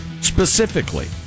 Specifically